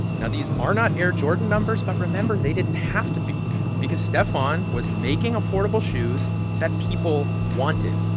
now, these are not air jordan numbers. but remember, they didn't have to be because stephon was making affordable shoes that people wanted.